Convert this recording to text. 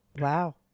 Wow